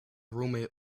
roommate